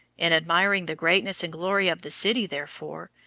in admiring the greatness and glory of the city, therefore,